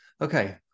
Okay